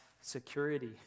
security